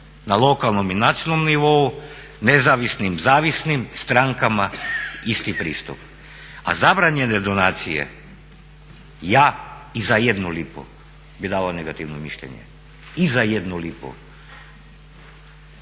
na lokalnom i nacionalnom nivou, nezavisnim, zavisnim, strankama isti pristup. A zabranjene donacije ja i za jednu lipu bih dao negativno mišljenje i za jednu lipu.